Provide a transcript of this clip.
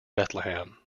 bethlehem